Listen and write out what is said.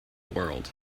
world